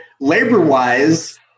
labor-wise